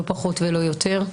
לא פחות ולא יותר,